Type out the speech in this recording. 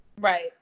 Right